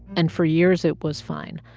and for years, it was fine.